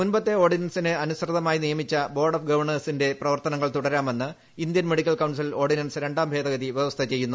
മുൻപത്തെ ഓർഡനൻസിന് അനുസൃതമായി നിയമിച്ച ബോർഡ് ഓഫ് ഗവർണേഴ്സിന്റെ പ്രവർത്തനങ്ങൾ തുടരാമെന്ന് ഇന്ത്യൻ മെഡിക്കൽ കൌൺസിൽ ഓർഡിനനൻസ് ര ാം ഭേദഗതി വ്യവസ്ഥ ചെയ്യുന്നു